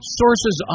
sources